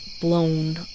blown